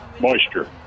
moisture